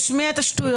תשמיע את השטויות.